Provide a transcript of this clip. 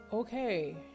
Okay